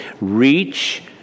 reach